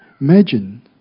Imagine